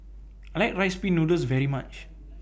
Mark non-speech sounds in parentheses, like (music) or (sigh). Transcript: (noise) I like Rice Pin Noodles very much